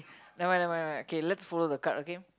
never mind never mind never mind okay let's follow the card okay